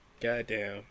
Goddamn